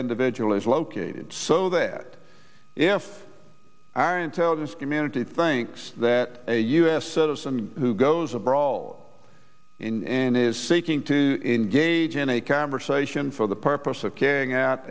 individual is located so that if our intelligence community thinks that a u s citizen who goes a brawl in and is seeking to engage in a conversation for the purpose of carrying at